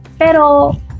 Pero